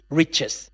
riches